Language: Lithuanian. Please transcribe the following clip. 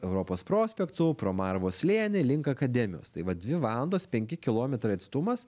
europos prospektu pro marvos slėnį link akademijos tai va dvi valandos penki kilometrai atstumas